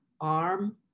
arm